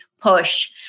push